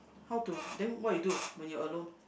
how to then what you do when you alone